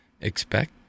expect